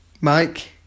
Mike